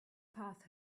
path